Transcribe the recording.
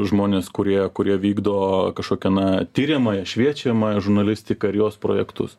žmonės kurie kurie vykdo kažkokią na tiriamąją šviečiamąją žurnalistiką ir jos projektus